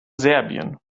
serbien